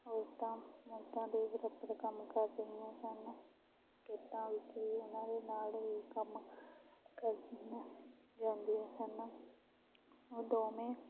ਔਰਤਾਂ ਮਰਦਾਂ ਦੇ ਬਰਾਬਰ ਕੰਮ ਕਰ ਰਹੀਆਂ ਸਨ ਖੇਤਾਂ ਵਿੱਚ ਵੀ ਉਨ੍ਹਾਂ ਦੇ ਨਾਲ ਹੀ ਕੰਮ ਕਰਨ ਜਾਂਦੀਆਂ ਸਨ ਉਹ ਦੋਵੇਂ